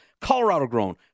Colorado-grown